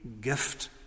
gift